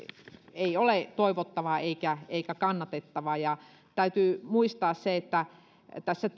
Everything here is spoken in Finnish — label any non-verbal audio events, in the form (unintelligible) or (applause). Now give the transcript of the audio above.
ei ole toivottava eikä eikä kannatettava täytyy muistaa tässä (unintelligible)